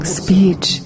speech